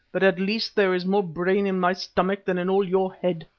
but at least there is more brain in my stomach than in all your head.